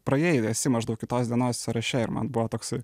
praėjai esi maždaug kitos dienos sąraše ir man buvo toksai